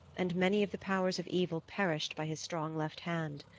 and many of the powers of evil perished by his strong left hand.